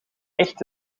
echt